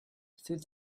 through